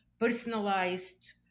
personalized